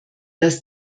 dass